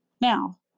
Now